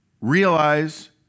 realize